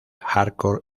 hardcore